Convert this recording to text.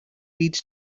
leads